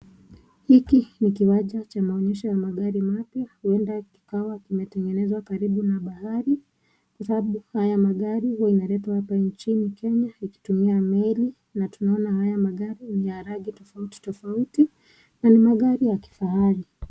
Hiki ni kiwanja cha maonyesho ya magari mapya. Huenda kikawa kimetengenezwa karibu na bahari kwa sababu haya magari huwa inaletwa hapa nchini Kenya ikitumia meli na tunaona haya magari ni ya rangi tofauti tofauti na ni magari ya kifahari.